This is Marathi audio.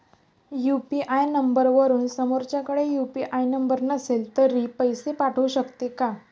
यु.पी.आय नंबरवरून समोरच्याकडे यु.पी.आय नंबर नसेल तरी पैसे पाठवू शकते का?